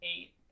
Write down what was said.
eight